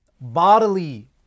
bodily